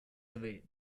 away